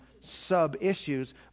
sub-issues